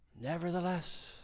Nevertheless